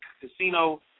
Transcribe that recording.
Casino